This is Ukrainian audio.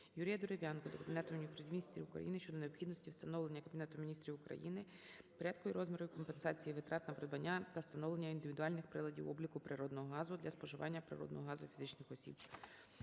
Юрія Дерев'янка до Кабінету Міністрів України щодо необхідності встановлення Кабінетом Міністрів України порядку і розмірів компенсації витрат на придбання та встановлення індивідуальних приладів обліку природного газу для споживання природного газу фізичних осіб.